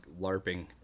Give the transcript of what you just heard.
LARPing